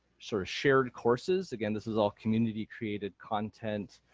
sort of shared courses. again this is all community created content.